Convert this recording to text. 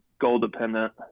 goal-dependent